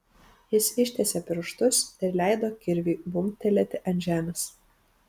jis ištiesė pirštus ir leido kirviui bumbtelėti ant žemės